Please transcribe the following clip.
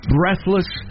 breathless